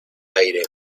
aire